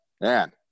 man